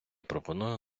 пропоную